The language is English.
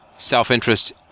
self-interest